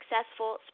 successful